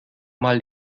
mal